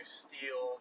steel